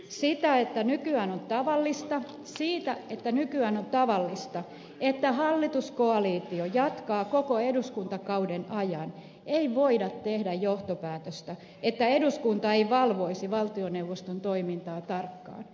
siitä että nykyään on tavallista että hallituskoalitio jatkaa koko eduskuntakauden ajan ei voida tehdä johtopäätöstä että eduskunta ei valvoisi valtioneuvoston toimintaa tarkkaan